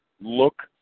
Look